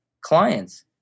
clients